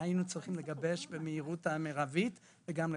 שהיינו צריכים לגבש במהירות המרבית וגם לחוקק.